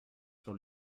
sur